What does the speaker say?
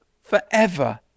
forever